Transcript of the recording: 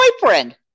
boyfriend